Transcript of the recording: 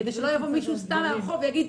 כדי שלא יבוא סתם מישהו מן הרחוב ויגיד: